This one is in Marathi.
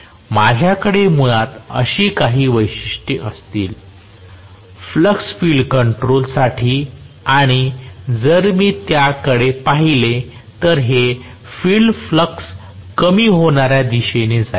माझ्याकडे मुळात अशी काही वैशिष्ट्ये असतील फ्लक्स फील्ड कंट्रोल साठी आणि जर मी त्याकडे पाहिले तर हे फील्ड फ्लक्स कमी होणाऱ्या दिशेने जाईल